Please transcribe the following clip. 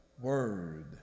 word